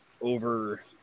over